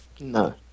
No